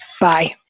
Bye